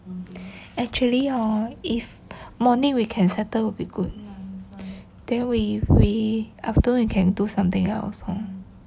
actually hor if morning we can settle will be good then we we afternoon we can do something else hor